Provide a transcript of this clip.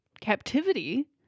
captivity